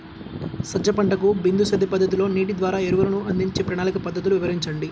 సజ్జ పంటకు బిందు సేద్య పద్ధతిలో నీటి ద్వారా ఎరువులను అందించే ప్రణాళిక పద్ధతులు వివరించండి?